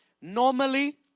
Normally